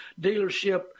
dealership